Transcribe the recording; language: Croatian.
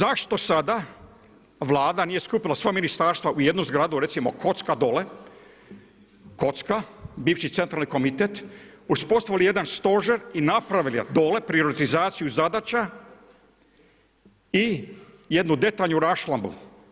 Na kraju zašto sada Vlada nije skupila sva ministarstva u jednu zgradu, recimo kocka dole, kocka, bivši centralni komitet uspostavili jedan stožer i napravili dole privatizaciju zadaća i jednu detaljnu raščlambu.